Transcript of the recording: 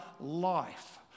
life